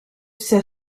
sait